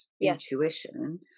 intuition